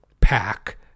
pack